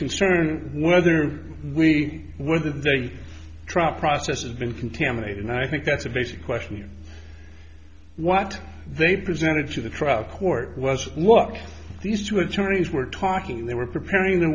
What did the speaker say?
concern whether we were the very trap process has been contaminated and i think that's a basic question here what they presented to the trial court was what these two attorneys were talking they were preparing the